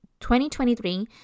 2023